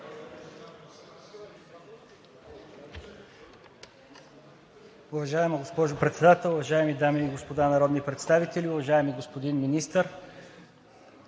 Уважаема госпожо Председател, уважаеми дами и господа народни представители, уважаеми професор